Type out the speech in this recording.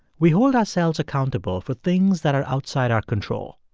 we hold ourselves accountable for things that are outside our control.